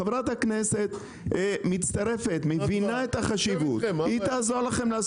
חברת הכנסת מצטרפת ומבינה את החשיבות והיא תעזור לכם.